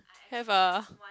have ah